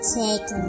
take